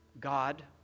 God